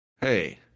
Hey